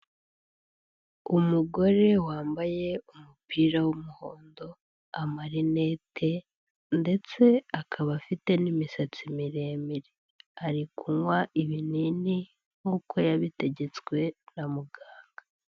Umugore wambaye umupira w'umuhondo, amarinete ndetse akaba afite n'imisatsi miremire, arikunywa ibinini nk'uko yabitegetswe na muganga.